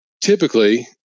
Typically